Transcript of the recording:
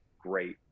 great